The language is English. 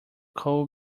cool